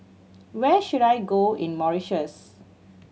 where should I go in Mauritius